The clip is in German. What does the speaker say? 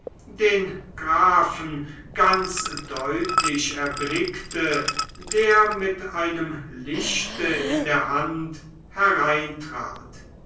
den grafen ganz deutlich erblickte der mit einem lichte in der hand hereintrat